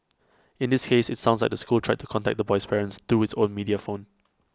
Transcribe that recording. in this case IT sounds like the school tried to contact the boy's parents through his own media phone